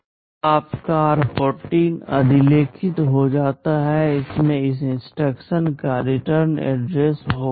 अब आपका r14 अधिलेखित हो जाता है इसमें इस इंस्ट्रक्शन का रिटर्न एड्रेस होगा